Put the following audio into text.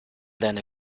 deine